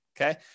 okay